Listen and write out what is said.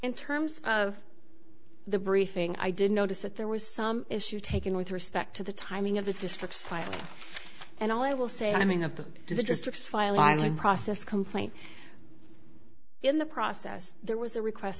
in terms of the briefing i did notice that there was some issue taken with respect to the timing of the districts and i will say i mean up to the districts filing process complaint in the process there was a request